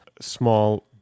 small